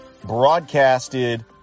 broadcasted